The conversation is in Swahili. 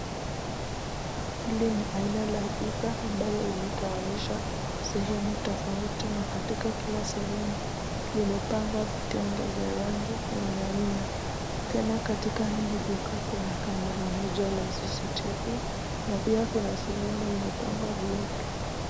Hili ni aina ya duka mbayo imegawanishwa sehemu tofauti na katika kila sehemu imepangwa vitenge kwa aina aina. Tena katika hili kuna kamera moja lenye cctv alafu kuna sehemu imepangwa viatu.